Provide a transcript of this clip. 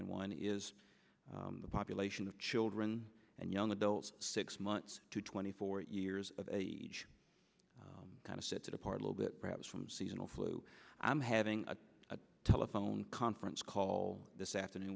one n one is the population of children and young adults six months to twenty four years of age kind of sets it apart a little bit perhaps from seasonal flu i'm having a telephone conference call this afternoon